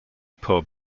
pub